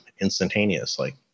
instantaneously